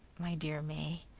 my dear may,